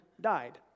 died